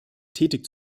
tätig